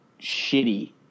shitty